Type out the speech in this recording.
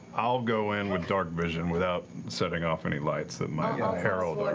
i'll go in with darkvision without setting off any lights that might herald